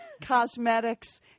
cosmetics